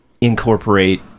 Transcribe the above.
incorporate